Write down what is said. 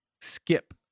skip